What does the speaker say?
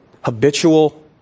Habitual